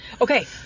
Okay